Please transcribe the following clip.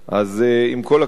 אז עם כל הכבוד,